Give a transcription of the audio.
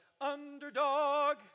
Underdog